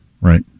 Right